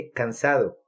cansado